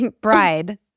Bride